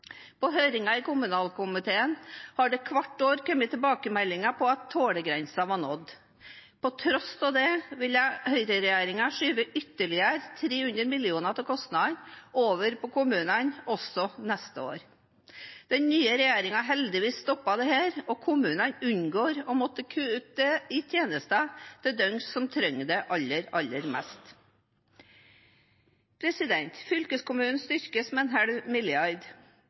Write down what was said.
På høringer i kommunalkomiteen har det hvert år kommet tilbakemeldinger på at tålegrensen var nådd. På tross av dette ville høyreregjeringen skyve ytterlige 300 mill. kr av kostnadene over på kommunene også neste år. Den nye regjeringen har heldigvis stoppet dette, og kommunene unngår å måtte kutte i tjenestene til dem som trenger det aller mest. Fylkeskommunen styrkes med